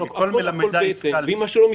הכול בהתאם -- מכל מלמדיי השכלתי.